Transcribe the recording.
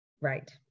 Right